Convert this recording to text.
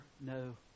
no